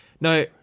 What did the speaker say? Now